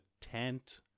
tent